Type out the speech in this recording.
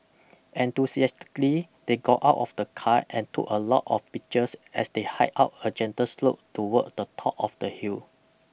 enthusiastically they got out of the car and took a lot of pictures as they hiked up a gentle slope toward the top of the hill